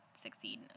succeed